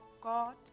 God